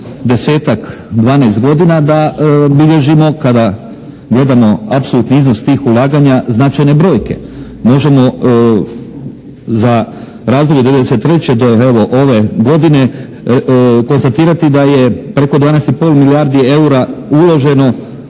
desetak, 12 godina, da bilježimo kada gledamo apsolutni iznos tih ulaganja značajne brojke. Možemo za razdoblje od 93. do evo ove godine konstatirati da je preko 12,5 milijardi eura uloženo